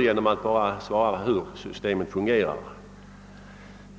genom att redogöra för hur systemet fungerar.